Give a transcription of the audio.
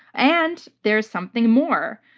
and there's something more.